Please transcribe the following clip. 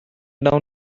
down